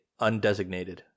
Undesignated